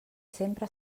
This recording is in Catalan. sempre